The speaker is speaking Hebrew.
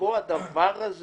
שבו הדבר הזה